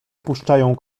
puszczają